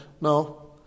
No